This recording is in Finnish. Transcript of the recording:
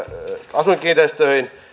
asuinkiinteistöihin